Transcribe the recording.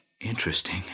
Interesting